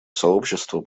сообщества